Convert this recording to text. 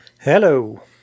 Hello